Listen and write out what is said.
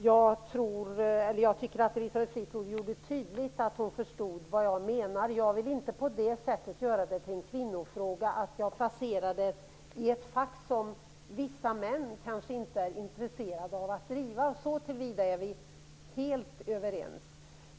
Herr talman! Jag tycker att Elisabeth Fleetwood gjorde tydligt att hon förstod vad jag menar. Jag vill inte göra detta till en kvinnofråga på det sättet att jag placerar den i ett fack där vissa män inte är intresserade av att driva den. Så till vida är vi helt överens.